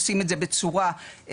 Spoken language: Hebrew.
עושים את זה בצורה מבוקרת.